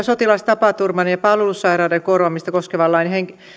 sotilastapaturman ja palvelussairauden korvaamista koskevan lain